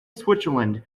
switzerland